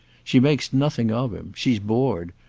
she makes nothing of him. she's bored.